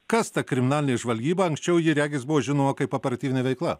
kas ta kriminalinė žvalgyba anksčiau ji regis buvo žinoma kaip operatyvinė veikla